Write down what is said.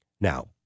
Now